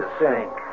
sink